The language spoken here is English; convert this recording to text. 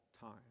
time